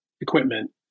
equipment